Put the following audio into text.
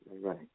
Right